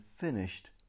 finished